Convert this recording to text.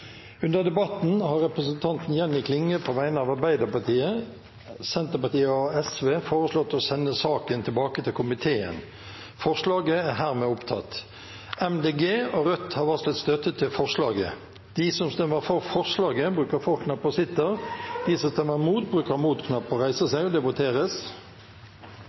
Under debatten har representanten Jenny Klinge på vegne av Arbeiderpartiet, Senterpartiet og Sosialistisk Venstreparti foreslått å sende saken tilbake til komiteen. Miljøpartiet De Grønne og Rødt har varslet støtte til forslaget. Høyre, Fremskrittspartiet, Venstre og Kristelig Folkeparti har varslet at de vil stemme imot. Det voteres over forslagene nr. 1–3, fra Høyre og